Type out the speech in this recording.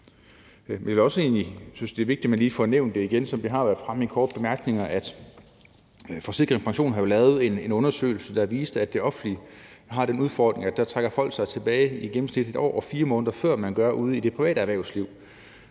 Jeg synes også, at det egentlig er vigtigt lige at få nævnt igen – selv om det har været fremme i korte bemærkninger – at Forsikring & Pension har lavet en undersøgelse, der viste, at det offentlige har den udfordring, at folk trækker sig tilbage, i gennemsnit 1 år og 4 måneder før man gør det ude i det private erhvervsliv.